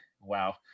Wow